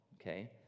okay